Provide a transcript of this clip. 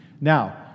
Now